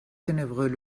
ténébreux